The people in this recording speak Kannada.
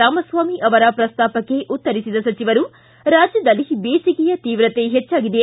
ರಾಮಸ್ವಾಮಿ ಅವರ ಪ್ರಸ್ತಾಪಕ್ಕೆ ಉತ್ತರಿಸಿದ ಸಚಿವರು ರಾಜ್ಯದಲ್ಲಿ ಬೇಸಿಗೆ ಶೀವ್ರತೆ ಪೆಚ್ಚಾಗಿದೆ